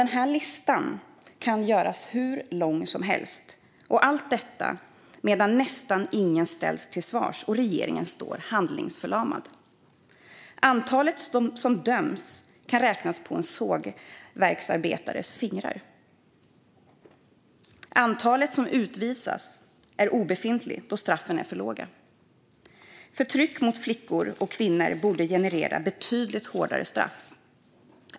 Den här listan kan göras hur lång som helst, alltmedan nästan ingen ställs till svars och regeringen står handlingsförlamad. Antalet som döms kan räknas på en sågverksarbetares fingrar. Antalet som utvisas är obefintligt. Straffen är för låga. Förtryck mot flickor och kvinnor borde generera betydligt hårdare straff.